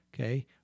Okay